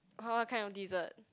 [huh] what kind of dessert